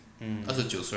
mm